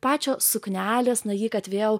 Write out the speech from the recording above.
pačio suknelės na ji kad vėl